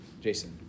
Jason